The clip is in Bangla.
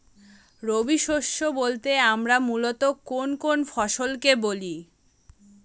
রবি শস্য বলতে আমরা মূলত কোন কোন ফসল কে বলি?